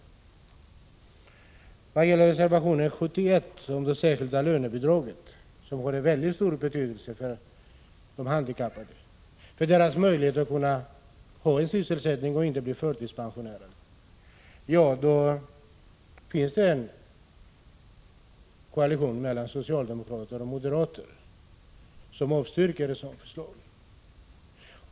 I vad gäller reservation 71 om det särskilda lönebidraget, som har mycket stor betydelse för de handikappades möjligheter att ha sysselsättning och slippa bli förtidspensionärer, finns det faktiskt en koalition mellan socialdemokrater och moderater som avstyrker förslagen.